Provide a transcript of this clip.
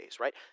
right